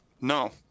no